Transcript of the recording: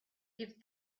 give